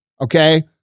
okay